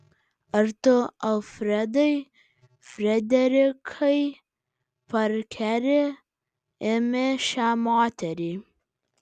ar tu alfredai frederikai parkeri imi šią moterį